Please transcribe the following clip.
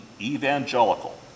evangelical